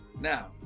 Now